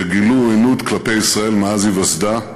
שגילו עוינות כלפי ישראל מאז היווסדה,